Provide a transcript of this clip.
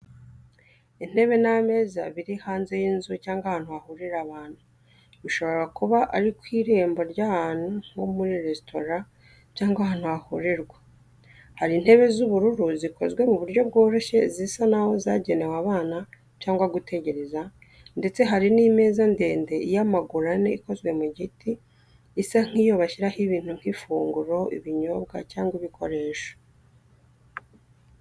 Intebe n’ameza biri hanze y’inzu cyangwa ahantu hahurira abantu, bishobora kuba ari ku irembo ry’ahantu nko muri resitora cyangwa ahandi hahurirwa. Hari intebe z’ubururu zikoze mu buryo bworoshye, zisa naho zagenewe abana cyangwa gutegereza, ndetse hari n'imeza ndende y’amaguru ane ikozwe mu giti, isa nk’iyo bashyiraho ibintu nk’ifunguro, ibinyobwa cyangwa ibikoresho.